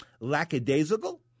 lackadaisical